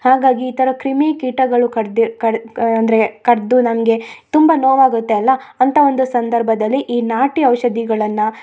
ಹಾಗಾಗಿ ಈ ಥರ ಕ್ರಿಮಿ ಕೀಟಗಳು ಕಡ್ದ ಕಡ್ ಕ ಅಂದರೆ ಕಡಿದು ನಮಗೆ ತುಂಬ ನೋವಾಗುತ್ತೆ ಅಲ್ಲ ಅಂತ ಒಂದು ಸಂದರ್ಭದಲ್ಲಿ ಈ ನಾಟಿ ಔಷಧಿಗಳನ್ನ